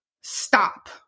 stop